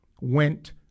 Went